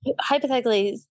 hypothetically